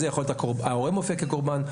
לפעמים ההורה מופיע כקורבן.